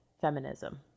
feminism